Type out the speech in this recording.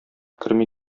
керми